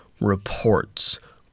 reports